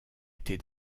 était